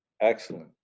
Excellent